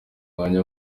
myanya